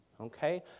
okay